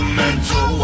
mental